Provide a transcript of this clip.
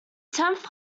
tenth